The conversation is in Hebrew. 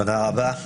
תודה רבה,